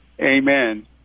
Amen